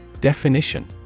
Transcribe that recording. Definition